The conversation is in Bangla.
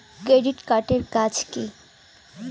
ক্রেডিট কার্ড এর কাজ কি?